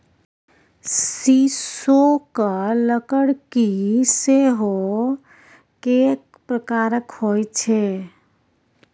सीसोक लकड़की सेहो कैक प्रकारक होए छै